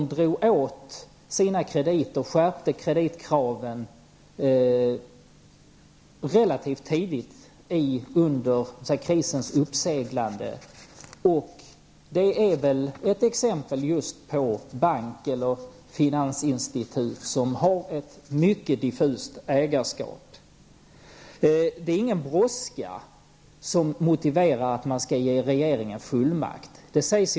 Man skärpte sina kreditkrav relativt tidigt under krisens uppseglande. Det är ett exempel på ett finansinstitut som har ett mycket diffust ägarskap. Det är ingen brådska som motiverar att regeringen ges fullmakt att sälja ut Nordbanken.